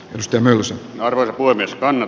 pystymme myös arveltua niskaan